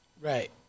Right